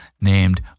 named